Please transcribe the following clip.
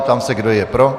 Ptám se, kdo je pro.